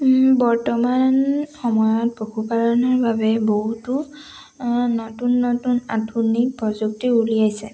বৰ্তমান সময়ত পশুপালনৰ বাবে বহুতো নতুন নতুন আধুনিক প্ৰযুক্তি উলিয়াইছে